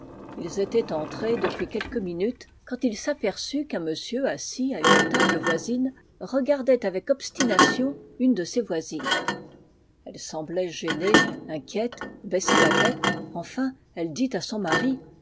ils étaient entrés depuis quelques minutes quand il s'aperçut qu'un monsieur assis à une table voisine regardait avec obstination une de ses voisines elle semblait gênée inquiète baissait la tête enfin elle dit à son mari